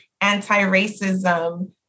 anti-racism